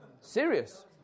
Serious